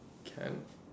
can